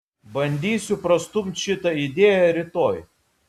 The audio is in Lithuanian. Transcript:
bandysiu prastumt šitą idėją rytoj